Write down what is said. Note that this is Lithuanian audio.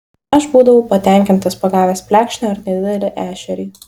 aš būdavau patenkintas pagavęs plekšnę ar nedidelį ešerį